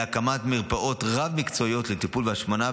להקמת מרפאות רב-מקצועיות לטיפול בהשמנה,